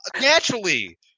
naturally